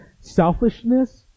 selfishness